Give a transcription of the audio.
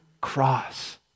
cross